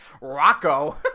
Rocco